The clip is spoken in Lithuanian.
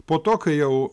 po to kai jau